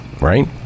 Right